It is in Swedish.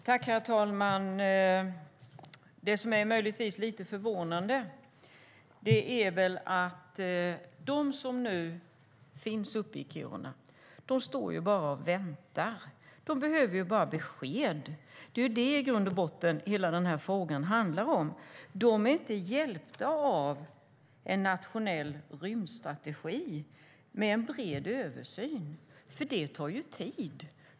Herr talman! Det som möjligtvis är lite förvånande är väl att de som nu finns uppe i Kiruna bara står och väntar. De behöver ju bara besked. Det är i grund och botten det som hela frågan handlar om. De är inte hjälpta av en nationell rymdstrategi med en bred översyn, för det tar tid.